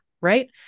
right